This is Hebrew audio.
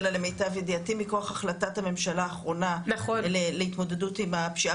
מכוח החלטת הממשלה האחרונה להתמודדות עם הפשיעה